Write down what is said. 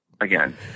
again